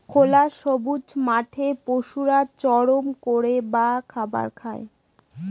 খোলা সবুজ মাঠে পশুরা চারণ করে বা খাবার খায়